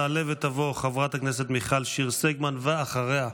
תעלה ותבוא חברת הכנסת מיכל שיר סגמן, ואחריה,